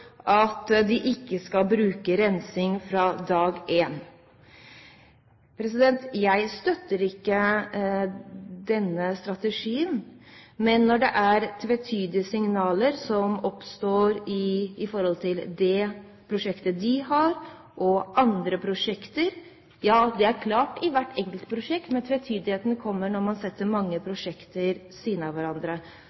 at de ikke skal bruke rensing fra dag én. Jeg støtter ikke denne strategien, men når det oppstår tvetydige signaler om dette prosjektet og andre prosjekter – det er klart i hvert enkelt prosjekt, men tvetydigheten kommer fram når man setter mange